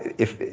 if,